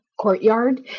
courtyard